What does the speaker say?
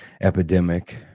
epidemic